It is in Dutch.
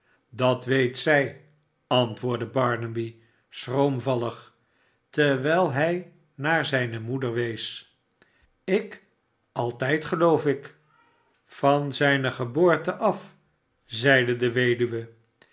dat weet zij antwoordde barnaby schroomvallig terwijl hvj naar zijne moeder wees ik altijd geloof ik van zijne geboorte af zeide de weduwe